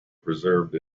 preserved